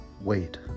Wait